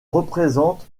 représentent